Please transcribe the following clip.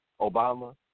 Obama